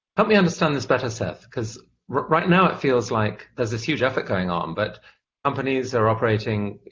help me understand this better, seth, because right now, it feels like there's this huge effort going on, but companies are operating,